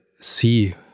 see